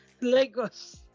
Lagos